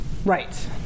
Right